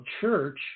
church